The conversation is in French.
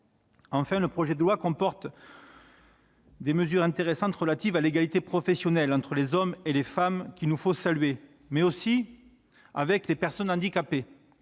Enfin, le projet de loi comporte des mesures intéressantes relatives à l'égalité professionnelle entre les hommes et les femmes, qu'il nous faut saluer, ainsi que des mesures en faveur des personnes handicapées.